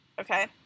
okay